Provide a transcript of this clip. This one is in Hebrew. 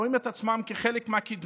רואים את עצמם כחלק מהקדמה,